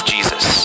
Jesus